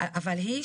אבל היא,